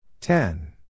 Ten